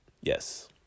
Yes